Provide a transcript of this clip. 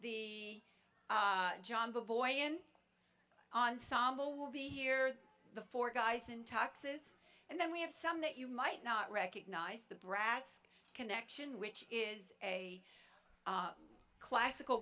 e john boy in ensemble will be here the four guys in tuxes and then we have some that you might not recognize the brass connection which is a classical